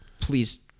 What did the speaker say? Please